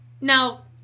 now